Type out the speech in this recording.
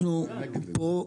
אנחנו פה,